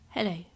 Hello